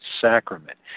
sacrament